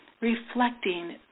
reflecting